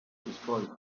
destroyed